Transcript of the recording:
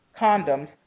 condoms